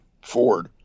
Ford